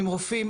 עם רופאים.